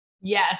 yes